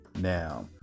now